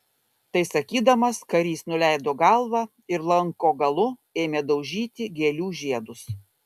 tai sakydamas karys nuleido galvą ir lanko galu ėmė daužyti gėlių žiedus